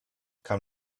kann